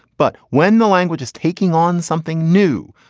but when the language is taking on something new,